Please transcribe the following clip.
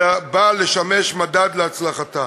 אלא נועד לשמש מדד להצלחתה.